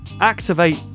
Activate